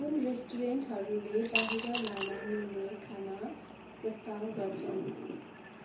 कुन रेस्टुरेन्टहरूले बाहिर लान मिल्ने खाना प्रस्ताव गर्छन्